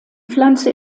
pflanze